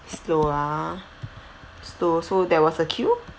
slow ah slow so there was a queue